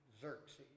Xerxes